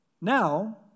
Now